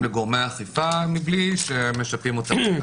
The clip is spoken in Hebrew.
בחנויות מתחת ל-100 מטר.